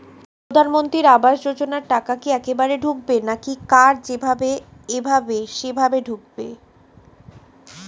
প্রধানমন্ত্রী আবাস যোজনার টাকা কি একবারে ঢুকবে নাকি কার যেভাবে এভাবে সেভাবে ঢুকবে?